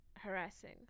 harassing